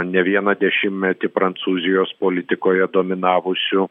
ne vieną dešimtmetį prancūzijos politikoje dominavusių